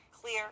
clear